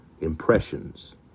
impressions